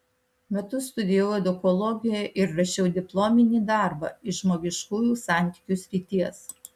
metus studijavau edukologiją ir rašiau diplominį darbą iš žmogiškųjų santykių srities